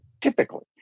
typically